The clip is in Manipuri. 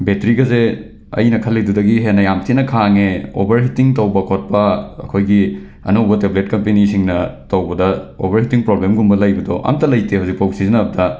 ꯕꯦꯇ꯭ꯔꯤꯒꯁꯦ ꯑꯩꯅ ꯈꯜꯂꯤꯗꯨꯗꯒꯤ ꯍꯦꯟꯅ ꯌꯥꯝ ꯊꯤꯅ ꯈꯥꯡꯉꯦ ꯑꯣꯕꯔꯍꯤꯇꯤꯡ ꯇꯧꯕ ꯈꯣꯠꯄ ꯑꯩꯈꯣꯏꯒꯤ ꯑꯅꯧꯕ ꯇꯦꯕ꯭ꯂꯦꯠ ꯀꯝꯄꯦꯅꯤꯁꯤꯡꯅ ꯇꯧꯕꯗ ꯑꯣꯕꯔꯍꯤꯇꯤꯡ ꯄ꯭ꯔꯣꯕ꯭ꯂꯦꯝꯒꯨꯝꯕ ꯂꯩꯕꯗꯣ ꯑꯃꯠꯇ ꯂꯩꯇꯦ ꯍꯧꯖꯤꯛꯐꯥꯎ ꯁꯤꯖꯤꯟꯅꯕꯗ